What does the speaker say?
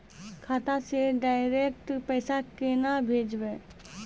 खाता से डायरेक्ट पैसा केना भेजबै?